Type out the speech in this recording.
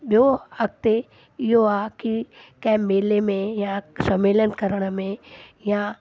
ॿियो अॻिते इहो आहे की कंहिं मेले में या सम्मेलन करण में या